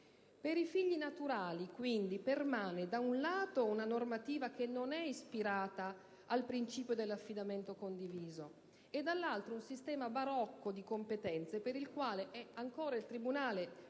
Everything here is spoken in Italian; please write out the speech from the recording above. Per i figli naturali quindi permane, da un lato, una normativa che non è ispirata al principio dell'affidamento condiviso e, dall'altro, un sistema barocco di competenze per il quale è il tribunale